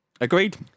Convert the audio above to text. agreed